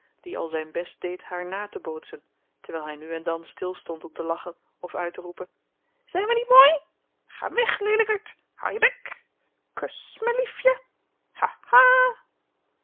die al zijn best deed haar na te bootsen terwijl hij nu en dan stil stond om te lachen of uit te roepen zijn wij niet mooi ga weg leelijkerd hou je bek kus me liefje